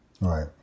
Right